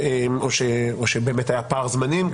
או שבאמת היה פער זמנים,